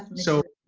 so,